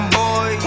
boy